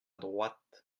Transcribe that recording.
droite